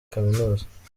kaminuza